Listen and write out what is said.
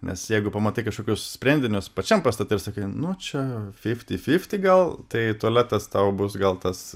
nes jeigu pamatai kažkokius sprendinius pačiam pastate ir sakai nu čia fifti fifti gal tai tualetas tau bus gal tas